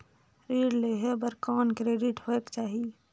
ऋण लेहे बर कौन क्रेडिट होयक चाही?